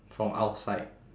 from outside